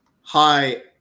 Hi